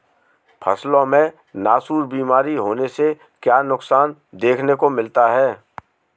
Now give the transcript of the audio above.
फसलों में नासूर बीमारी होने से क्या नुकसान देखने को मिलता है?